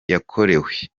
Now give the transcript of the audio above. yakorewe